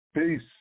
peace